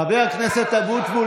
חבר הכנסת אבוטבול,